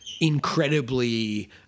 incredibly